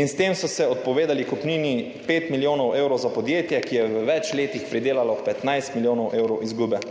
In s tem so se odpovedali kupnini 5 milijonov evrov za podjetje, ki je v več letih pridelalo 15 milijonov evrov izgube.